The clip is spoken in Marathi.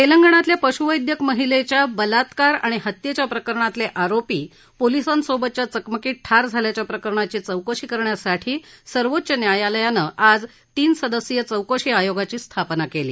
तेलंगणातल्या पशुवैद्यक महिलेच्या बलात्कार आणि हत्येच्या प्रकरणातले आरोपी पोलीसांसोबतच्या चकमकीत ठार झाल्याच्या प्रकरणाची चौकशी करण्यासाठी सर्वोच्च न्यायालयानं आज तीन सदस्यीय चौकशी आयोगाची स्थापना केली